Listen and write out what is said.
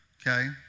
okay